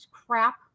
crap